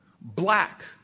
black